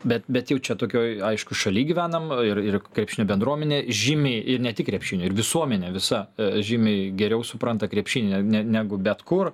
bet bet jau čia tokioj aišku šaly gyvenam ir ir krepšinio bendruomenė žymiai ir ne tik krepšinio ir visuomenė visa žymiai geriau supranta krepšinį negu bet kur